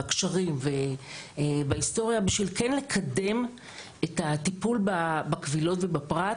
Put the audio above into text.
בקשרים ובהיסטוריה בשביל כן לקדם את הטיפול בקבילות ובפרט,